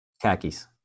Khakis